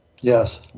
Yes